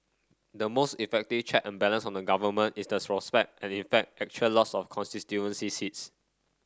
the most effective check and balance on the Government is the prospect and in fact actual loss of constituency seats